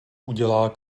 udělá